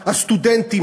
הסטודנטים,